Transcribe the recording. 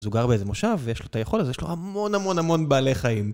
אז הוא גר באיזה מושב, ויש לו את היכול הזה, ויש לו המון המון המון בעלי חיים.